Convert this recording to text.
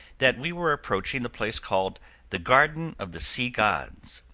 that we were approaching the place called the garden of the sea gods,